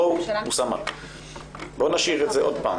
אוסאמה,